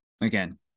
again